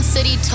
City